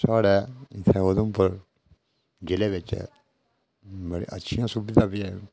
साढ़े इत्थै उधमपुर जि'ले बिच बड़ियां अच्छियां सुविधां बी हैन